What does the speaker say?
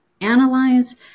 analyze